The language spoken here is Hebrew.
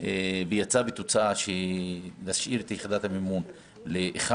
והוועדה ממליצה להשאיר את יחידת המימון כ-1,